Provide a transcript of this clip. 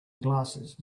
glasses